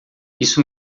isso